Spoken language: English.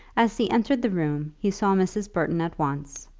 as he entered the room he saw mrs. burton at once,